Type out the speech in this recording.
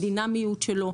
הדינמיות שלו,